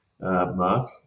mark